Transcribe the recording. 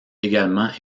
également